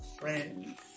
friends